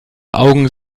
augen